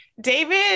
David